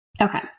Okay